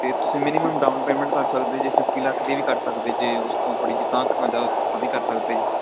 ਅਤੇ ਤੁਸੀਂ minimum down payment ਕਰ ਸਕਦੇ ਜੇ ਫਿਫਟੀ ਲੱਖ ਦੀ ਵੀ ਕਰ ਸਕਦੇ ਜੇ ਉਸ ਤੋਂ ਥੋੜ੍ਹੀ ਜਿਹੀ ਉਤਾਂਹ ਕਰਨਾ ਜ਼ਿਆਦਾ ਤਾਂ ਵੀ ਕਰ ਸਕਦੇ ਜੀ